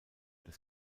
des